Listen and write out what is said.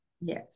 Yes